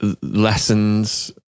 lessons